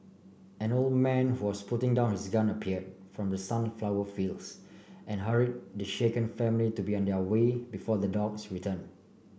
an old man who was putting down his gun appeared from the sunflower fields and hurried the shaken family to be on their way before the dogs return